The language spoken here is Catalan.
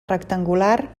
rectangular